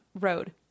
road